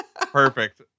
Perfect